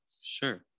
Sure